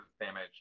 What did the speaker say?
damage